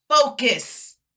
focus